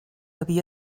havia